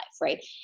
Right